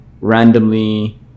randomly